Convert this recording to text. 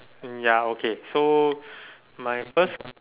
um ya okay so my first